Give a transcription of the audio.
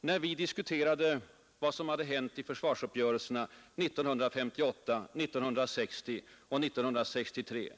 när man i riksdagen diskuterade vad som hade hänt i försvarsuppgörelserna 1958, 1960 och 1963.